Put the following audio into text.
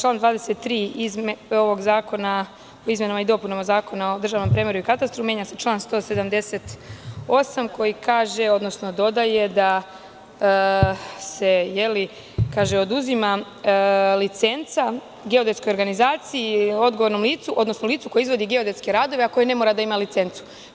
Član 23. ovog zakona, o izmenama i dopunama Zakona o državnom premeru i katastru menja se član 178 koji kaže, odnosno dodaje da se oduzima licenca geodetskoj organizaciji, odgovornom licu, odnosno licu koje izvodi geodetske radove, a koje ne mora da ima licencu.